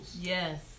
Yes